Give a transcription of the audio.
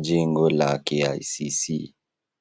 jengo la KICC.